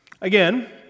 Again